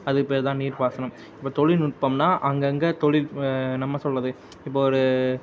அதுக்கு பேர் தான் நீர்ப்பாசனம் இப்போ தொழில்நுட்பம்னால் அங்கங்கே தொழில் நம்ம சொல்வது இப்போ ஒரு